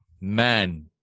man